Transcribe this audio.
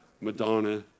Madonna